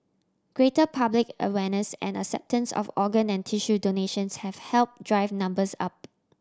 greater public awareness and acceptance of organ and tissue donations have helped drive numbers up